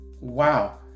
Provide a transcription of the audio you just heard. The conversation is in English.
wow